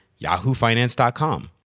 yahoofinance.com